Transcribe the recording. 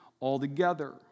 altogether